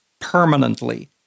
permanently